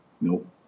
Nope